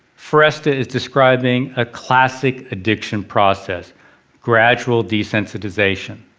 foresta is describing a classic addiction process gradual desensitization.